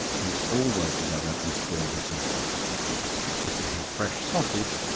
mix all well together, and fill the turkey if you have fresh sausage,